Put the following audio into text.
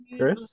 Chris